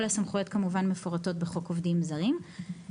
כל הסמכויות כמובן מפורטות בחוק עובדים זרים,